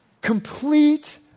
complete